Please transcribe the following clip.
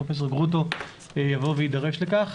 פרופ' גרוטו יידרש לכך.